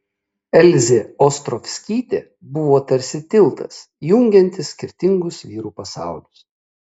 elzė ostrovskytė buvo tarsi tiltas jungiantis skirtingus vyrų pasaulius